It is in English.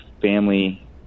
family